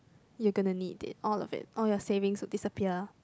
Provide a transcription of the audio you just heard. you gonna need it all of it all your savings will disappear